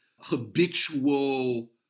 habitual